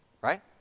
Right